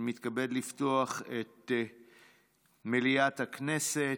אני מתכבד לפתוח את מליאת הכנסת.